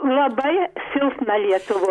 labai silpna lietuvo